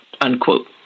unquote